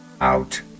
Out